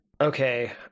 okay